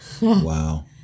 wow